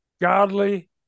godly